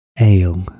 Ale